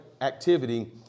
activity